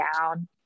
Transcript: down